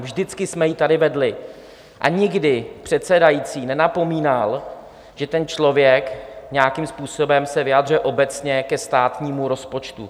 Vždycky jsme ji tady vedli a nikdy předsedající nenapomínal, že ten člověk nějakým způsobem se vyjadřuje obecně ke státnímu rozpočtu.